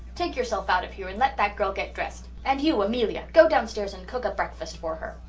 take yourself out of here and let that girl get dressed. and you, amelia, go downstairs and cook a breakfast for her.